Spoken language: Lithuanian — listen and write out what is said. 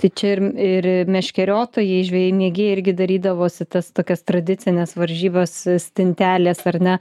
tai čia ir ir meškeriotojai žvejai mėgėjai irgi darydavosi tas tokias tradicines varžybas stintelės ar ne